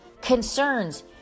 concerns